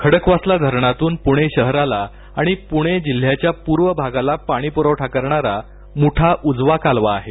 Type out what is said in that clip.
खडकवासला धरणातून पुणे जिल्ह्याला आणि पुणे जिल्ह्याच्या पूर्व भागाला पाणी पुरवठा करणारा मुठा उजवा कालवा आहे